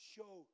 show